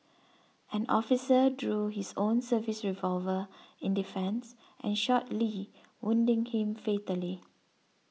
an officer drew his own service revolver in defence and shot Lee wounding him fatally